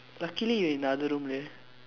luckily you in the other room leh